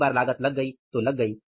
एक बार लागत लग गई तो लग गई